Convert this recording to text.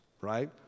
right